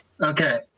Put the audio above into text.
Okay